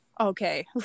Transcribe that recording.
okay